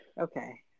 Okay